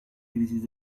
crisis